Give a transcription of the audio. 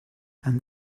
and